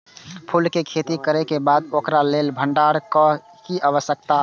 फूल के खेती करे के बाद ओकरा लेल भण्डार क कि व्यवस्था अछि?